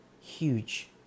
huge